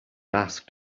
asked